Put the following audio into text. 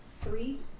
Three